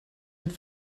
und